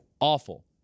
awful